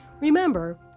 Remember